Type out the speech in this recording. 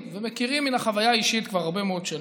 ומכירים מהחוויה האישית כבר הרבה מאוד שנים,